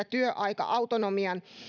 työaika autonomian